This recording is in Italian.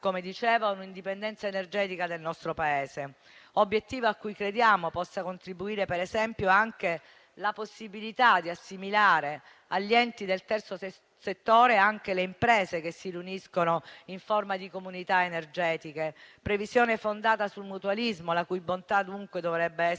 strada a un'indipendenza energetica del nostro Paese, obiettivo cui crediamo possa contribuire, per esempio, anche la possibilità di assimilare agli enti del terzo settore le imprese che si riuniscono in forma di comunità energetiche. È questa una previsione fondata sul mutualismo la cui bontà, dunque, dovrebbe essere